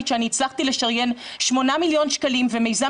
שהצלחתי לשריין שמונה מיליון שקלים ומיזם